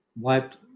wiped